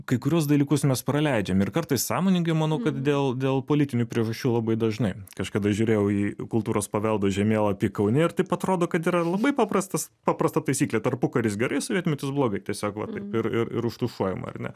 kai kuriuos dalykus mes praleidžiam ir kartais sąmoningai manau kad dėl dėl politinių priežasčių labai dažnai kažkada žiūrėjau į kultūros paveldo žemėlapį kaune ir taip atrodo kad yra labai paprastas paprasta taisyklė tarpukaris gerai sovietmetis blogai tiesiog va taip ir ir užtušuojam ar ne